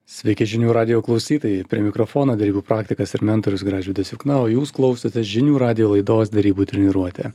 sveiki žinių radijo klausytojai prie mikrofono derybų praktikas ir mentorius gražvydas jukna o jūs klausotės žinių radijo laidos derybų treniruotė